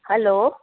hello